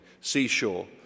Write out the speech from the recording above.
seashore